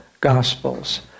gospels